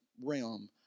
realm